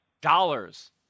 Dollars